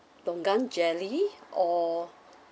longan jelly or